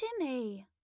Jimmy